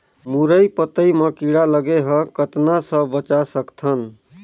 मुरई पतई म कीड़ा लगे ह कतना स बचा सकथन?